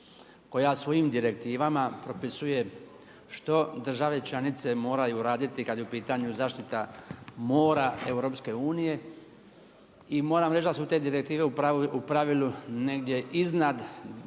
koja svojim direktivama propisuje što države članice moraju raditi kada je u pitanju zaštita mora EU i moram reć da su te direktive u pravilu negdje iznad